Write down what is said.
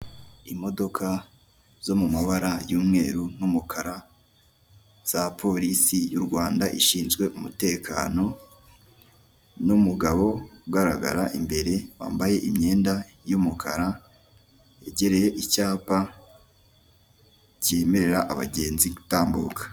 Icyapa kiriho amafoto atatu magufi y'abagabo babiri uwitwa KABUGA n 'uwitwa BIZIMANA bashakishwa kubera icyaha cya jenoside yakorewe abatutsi mu Rwanda.